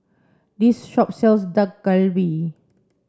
this shop sells Dak Galbi